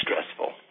stressful